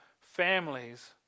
families